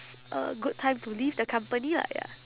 a good time to leave the company lah ya